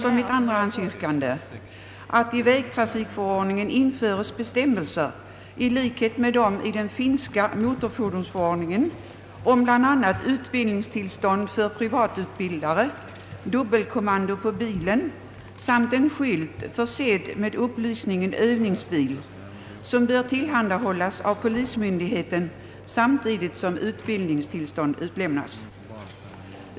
I andra hand föreslås att i vägtrafikförordningen införes en bestämmelse, motsvarande den finska motorfordonsförordningens, om bl.a. utbildningstillstånd för privatutbildning av bilförare, dubbelkommando på bilen samt en skylt försedd med upplysningen »Övningsbil», som bör tillhandahållas av polismyndigheten samtidigt med att utbildningstillstånd lämnas.